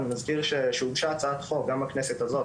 אני מזכיר שהוגשה הצעת חוק גם בכנסת הזאת,